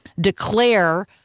declare